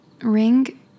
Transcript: ring